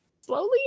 Slowly